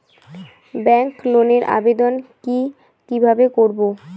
Bank লোনের আবেদন কি কিভাবে করব?